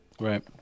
Right